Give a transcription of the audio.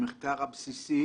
המחקר הבסיסי,